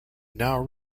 now